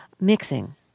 mixing